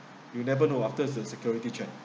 you never know after se~ security check